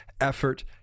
effort